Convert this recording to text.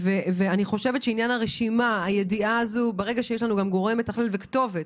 אני חושבת שברגע שיש לנו גורם מתכלל ויש לנו כתובת